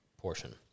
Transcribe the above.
portion